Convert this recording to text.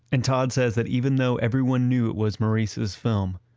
and todd says that even though everyone knew it was maurice's film,